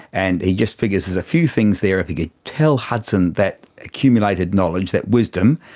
and he just figures there's a few things there, if he could tell hudson that accumulated knowledge, that wisdom,